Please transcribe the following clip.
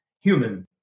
human